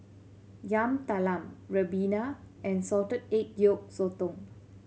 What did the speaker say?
Yam Talam ribena and salted egg yolk sotong